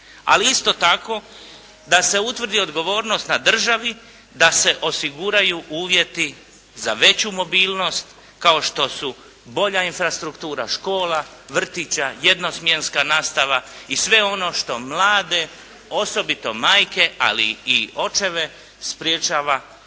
Ali isto tako da se utvrdi odgovornost na državi, da se osiguraju uvjeti za veću mobilnost kao što su bolja infrastruktura škola, vrtića, jednosmjenska nastava i sve ono što mlade, osobito majke, ali i očeve sprječava u